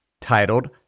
titled